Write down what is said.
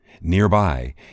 Nearby